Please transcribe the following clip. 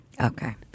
Okay